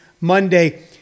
Monday